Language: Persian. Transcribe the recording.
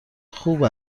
خوب